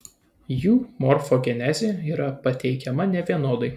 jų morfogenezė yra pateikiama nevienodai